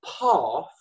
path